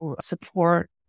support